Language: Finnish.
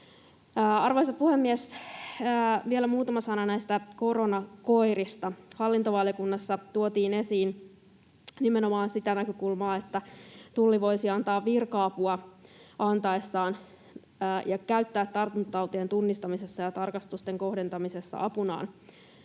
Arvoisa puhemies! Vielä muutama sana näistä koronakoirista. Hallintovaliokunnassa tuotiin esiin nimenomaan sitä näkökulmaa, että Tulli voisi virka-apua antaessaan käyttää tartuntatautien tunnistamisessa ja tarkastusten kohdentamisessa apunaan